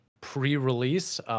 pre-release